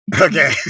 Okay